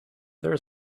there